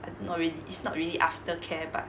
err not it's not really aftercare but